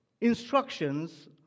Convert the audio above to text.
instructions